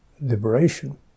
liberation